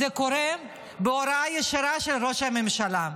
זה קורה בהוראה ישירה של ראש הממשלה,